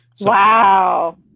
Wow